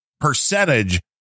percentage